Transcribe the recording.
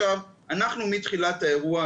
אנחנו מתחילת האירוע,